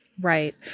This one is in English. Right